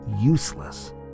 useless